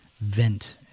vent